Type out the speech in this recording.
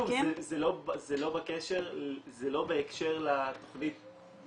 אבל, שוב, זה לא בהקשר לתכנית ולזכאים.